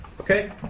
Okay